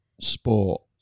Sport